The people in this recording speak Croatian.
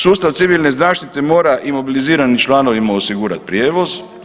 Sustav civilne zaštite mora imobiliziranim članovima osigurati prijevoz.